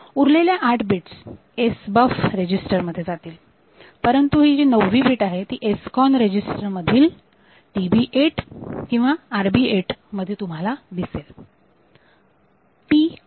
उरलेल्या आठ bits SBUF register मध्ये जातील परंतु नववी बीट SCON रेजिस्टरमधील TB8 किंवा RB8 मध्ये तुम्हाला दिसेल